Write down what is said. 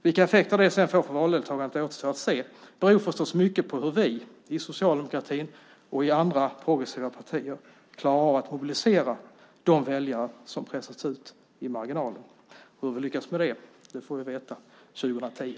Vilka effekter det sedan får för valdeltagandet återstår att se. Det beror förstås mycket på hur vi i socialdemokratin och i andra progressiva partier klarar av att mobilisera de väljare som pressats ut i marginalen. Hur vi lyckas med det får vi veta 2010.